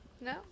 No